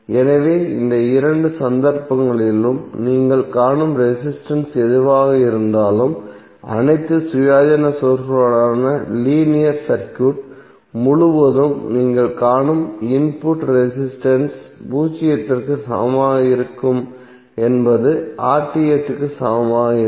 எனவே அந்த இரண்டு சந்தர்ப்பங்களிலும் நீங்கள் காணும் ரெசிஸ்டன்ஸ் எதுவாக இருந்தாலும் அனைத்து சுயாதீன சோர்ஸ்களுடனும் லீனியர் சர்க்யூட் முழுவதும் நீங்கள் காணும் இன்புட் ரெசிஸ்டன்ஸ் பூஜ்ஜியத்திற்கு சமமாக இருக்கும் என்பது க்கு சமமாக இருக்கும்